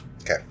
Okay